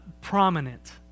prominent